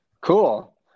Cool